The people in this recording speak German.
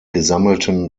gesammelten